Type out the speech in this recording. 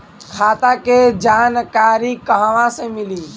खाता के जानकारी कहवा से मिली?